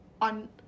on